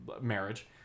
Marriage